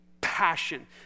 passion